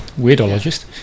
Weirdologist